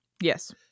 Yes